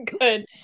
good